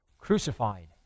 crucified